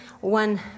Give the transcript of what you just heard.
one